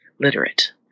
literate